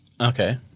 Okay